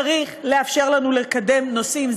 צריך לאפשר לנו לקדם נושאים.